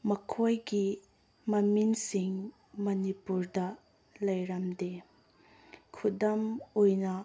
ꯃꯈꯣꯏꯒꯤ ꯃꯃꯤꯡꯁꯤꯡ ꯃꯅꯤꯄꯨꯔꯗ ꯂꯩꯔꯝꯗꯦ ꯈꯨꯗꯝ ꯑꯣꯏꯅ